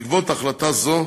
בעקבות החלטה זו